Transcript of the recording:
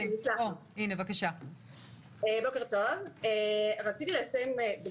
ולכן המטרה בבקשה הזאת של השינוי של הרף זה באמת לשנות רק